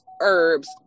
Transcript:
herbs